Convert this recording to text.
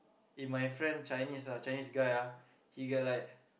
eh my friend Chinese ah Chinese guy ah he get like